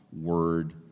word